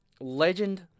Legend